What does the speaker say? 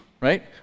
right